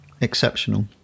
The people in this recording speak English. exceptional